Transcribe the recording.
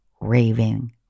raving